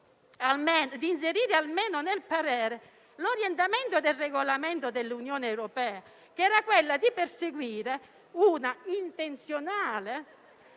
ad inserire nel parere almeno l'orientamento del regolamento dell'Unione europea, che era quello di perseguire una intenzionale